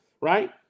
Right